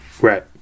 Right